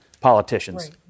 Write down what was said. politicians